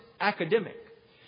academic